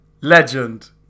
legend